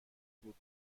بود